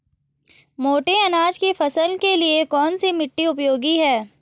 मोटे अनाज की फसल के लिए कौन सी मिट्टी उपयोगी है?